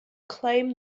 claim